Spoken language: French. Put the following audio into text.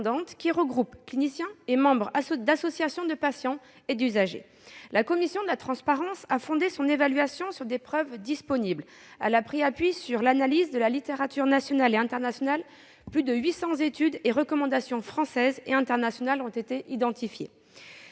qui regroupe cliniciens et membres d'associations de patients et d'usagers. Cette commission a fondé son évaluation sur les preuves disponibles. Elle a pris appui sur : l'analyse de la littérature nationale et internationale, avec plus de 800 études et recommandations françaises ainsi qu'internationales identifiées